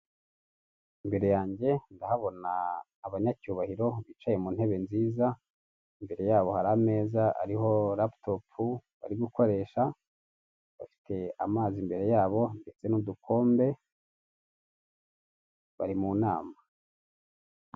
Imbere yanjye ndahabona abanyacyubahiro bicaye mu ntebe nziza, imbere yabo hari ameza ariho laputopu bari gukoresha bafite amazi imbere yabo ndetse n'udukombe bari mu nama.